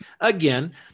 again